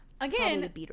Again